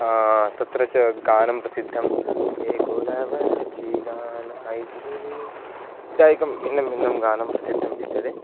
तत्र च गानं प्रसिद्धम् ये कोलवरचि दानाय् तुजे इत्याकं भिन्नं भिन्नं गानं प्रसिद्धं विद्यते